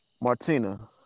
Martina